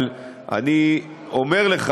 אבל אני אומר לך,